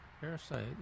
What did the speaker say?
Parasite